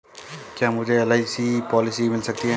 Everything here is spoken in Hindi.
क्या मुझे एल.आई.सी पॉलिसी मिल सकती है?